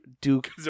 Duke